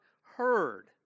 heard